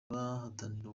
bahatanira